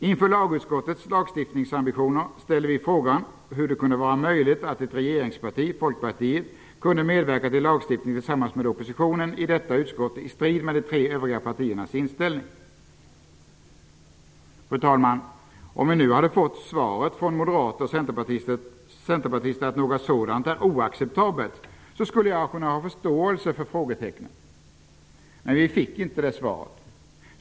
Inför lagutskottets lagstiftningsambitioner ställde vi frågan hur det kunde vara möjligt att ett regeringsparti, Folkpartiet, kunde medverka till lagstiftning tillsammans med oppositionen i detta utskottet i strid med de tre övriga partiernas inställning. Om vi nu hade fått svaret från moderater och centerpartister att något sådant är oacceptabelt, skulle jag kunna ha förståelse för frågetecknen. Men vi fick inte det svaret.